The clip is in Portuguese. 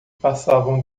passavam